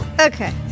Okay